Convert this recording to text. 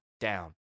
down